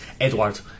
Edward